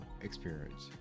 experience